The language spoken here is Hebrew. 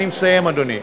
אני מסיים, אדוני.